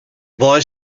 boy